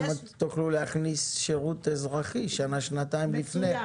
גם תוכלו להכניס שירות אזרחי שנה שנתיים לפני,